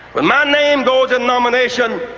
when my name goes in nomination,